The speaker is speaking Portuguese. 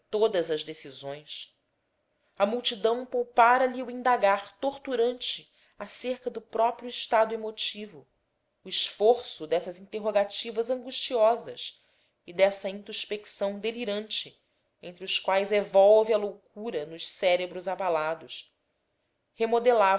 todas as decisões a multidão poupara lhe o indagar torturante acerca do próprio estado emotivo o esforço dessas interrogativas angustiosas e dessa intuspecção delirante entre os quais evolve a loucura nos cérebros abalados